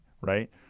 right